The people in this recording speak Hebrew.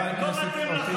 חמאס הוא ארגון טרור או לא?